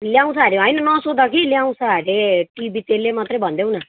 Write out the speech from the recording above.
ल्याउँछ हरे होइन नसोध कि ल्याउँछ अरे टिभी त्यसले मात्रै भनिदेउ न